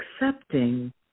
accepting